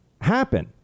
happen